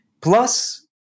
Plus